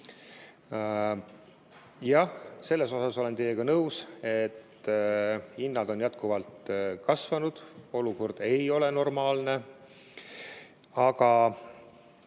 Jah, selles olen teiega nõus, et hinnad on jätkuvalt kasvanud, olukord ei ole normaalne. Aga